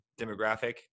demographic